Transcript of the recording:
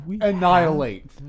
Annihilate